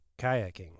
kayaking